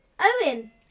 Owen